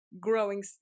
growing